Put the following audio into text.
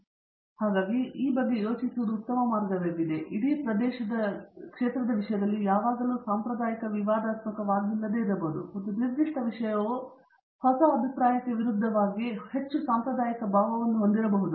ದೇಶಪಾಂಡೆ ಹಾಗಾಗಿ ಅದರ ಬಗ್ಗೆ ಯೋಚಿಸುವುದು ಉತ್ತಮ ಮಾರ್ಗವಾಗಿದೆ ಇಡೀ ಪ್ರದೇಶದ ವಿಷಯದಲ್ಲಿ ಯಾವಾಗಲೂ ಸಾಂಪ್ರದಾಯಿಕ ವಿವಾದಾತ್ಮಕವಾಗಿಲ್ಲದಿರಬಹುದು ಆದರೆ ಒಂದು ನಿರ್ದಿಷ್ಟ ವಿಷಯವು ಹೊಸ ಅಭಿಪ್ರಾಯಕ್ಕೆ ವಿರುದ್ಧವಾಗಿ ಹೆಚ್ಚು ಸಾಂಪ್ರದಾಯಿಕ ಭಾವವನ್ನು ಹೊಂದಿರಬಹುದು